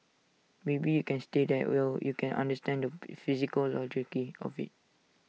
maybe you can stay that well you can understand the psychology of IT